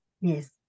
Yes